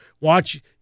Watch